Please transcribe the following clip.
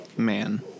Man